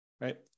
right